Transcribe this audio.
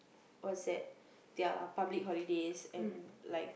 what's that their public holidays and like